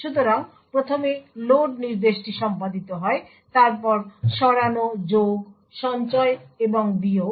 সুতরাং প্রথমে লোড নির্দেশটি সম্পাদিত হয় তারপর সরান যোগ সঞ্চয় এবং বিয়োগ